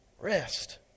rest